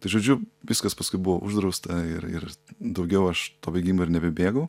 tai žodžiu viskas paskui buvo uždrausta ir ir daugiau aš to bėgimo ir nebebėgau